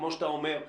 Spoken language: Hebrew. כמו שאתה אומר,